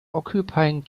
occupying